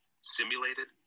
simulated